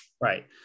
Right